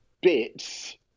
bits